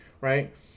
right